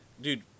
Dude